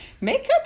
makeup